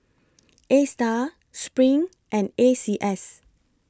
A STAR SPRING and A C S